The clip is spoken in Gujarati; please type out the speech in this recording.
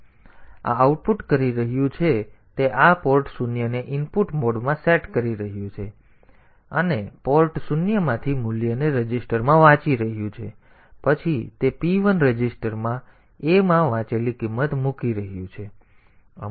તેથી આ આઉટપુટ કરી રહ્યું છે તે આ પોર્ટ શૂન્યને ઇનપુટ મોડમાં સેટ કરી રહ્યું છે અને પોર્ટ શૂન્યમાંથી મૂલ્યને રજિસ્ટરમાં વાંચી રહ્યું છે અને પછી તે p1 રજિસ્ટરમાં a માં વાંચેલી કિંમત મૂકી રહ્યું છે